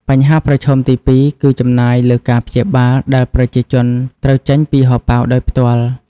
បញ្ហាប្រឈមទីពីរគឺចំណាយលើការព្យាបាលដែលប្រជាជនត្រូវចេញពីហោប៉ៅដោយផ្ទាល់។